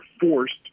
forced